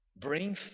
Bring